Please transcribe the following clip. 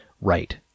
Right